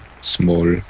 Small